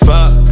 Fuck